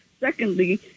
Secondly